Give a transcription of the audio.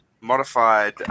modified